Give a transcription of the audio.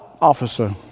officer